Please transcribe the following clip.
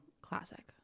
classic